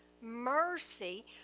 mercy